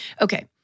Okay